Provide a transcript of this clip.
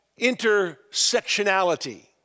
intersectionality